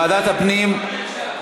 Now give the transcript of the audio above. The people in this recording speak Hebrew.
ועדת הכנסת נתקבלה.